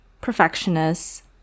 perfectionist